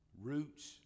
Roots